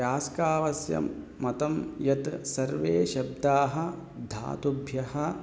यास्कावस्य मतं यत् सर्वे शब्दाः धातुभ्यः